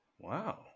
wow